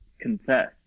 confess